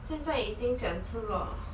现在已经检测了